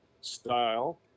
style